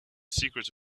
secrets